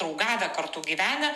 draugavę kartu gyvenę